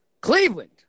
Cleveland